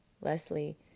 Leslie